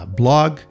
blog